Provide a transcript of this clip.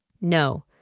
No